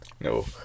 No